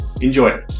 Enjoy